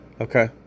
okay